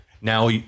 Now